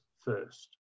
first